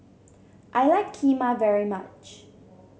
I like Kheema very much